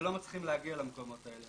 שלא מצליחים להגיע למקומות האלה,